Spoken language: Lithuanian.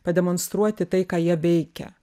pademonstruoti tai ką jie veikia